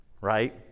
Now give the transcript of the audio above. Right